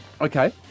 Okay